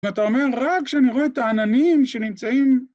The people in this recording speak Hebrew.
ואתה אומר, רק כשאני רואה את העננים שנמצאים...